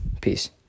Peace